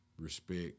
respect